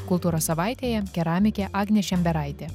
kultūros savaitėje keramikė agnė šemberaitė